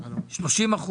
30%,